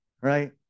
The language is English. right